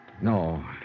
No